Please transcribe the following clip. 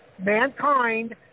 mankind